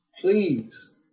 Please